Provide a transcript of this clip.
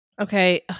Okay